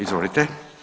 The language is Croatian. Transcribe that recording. Izvolite.